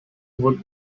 would